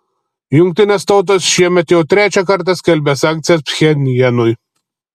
jungtinės tautos šiemet jau trečią kartą skelbia sankcijas pchenjanui